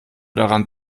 daran